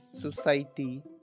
society